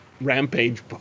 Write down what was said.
rampage